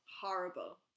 Horrible